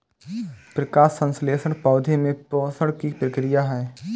प्रकाश संश्लेषण पौधे में पोषण की प्रक्रिया है